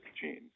genes